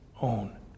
own